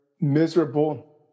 miserable